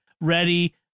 ready